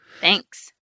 thanks